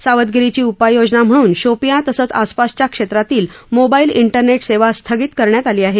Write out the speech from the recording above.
सावधगिरीची उपाययोजना म्हणून शोपियां तसंच आसपासच्या क्षेत्रातील मोबाईल ठिरनेट सेवा स्थगित करण्यात आली आहे